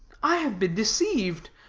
i have been deceived,